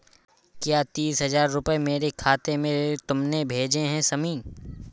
क्या तीस हजार रूपए मेरे खाते में तुमने भेजे है शमी?